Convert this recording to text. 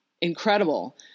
incredible